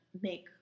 make